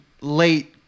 late